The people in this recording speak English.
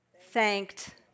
thanked